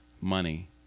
money